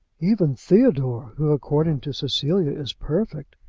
even theodore, who according to cecilia is perfect,